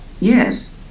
Yes